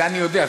את זה אני יודע.